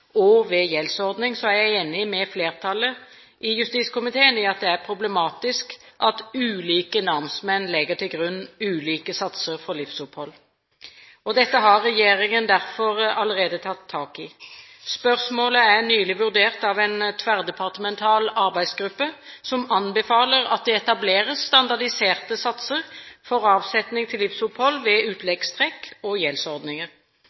og ved gjeldsordning, er jeg enig med flertallet i justiskomiteen i at det er problematisk at ulike namsmenn legger til grunn ulike satser for livsopphold. Dette har regjeringen derfor allerede tatt tak i. Spørsmålet er nylig vurdert av en tverrdepartemental arbeidsgruppe som anbefaler at det etableres standardiserte satser for avsetning til livsopphold ved utleggstrekk og gjeldsordninger.